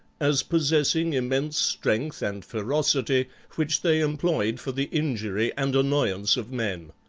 as possessing immense strength and ferocity, which they employed for the injury and annoyance of men.